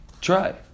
try